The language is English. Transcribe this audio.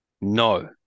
No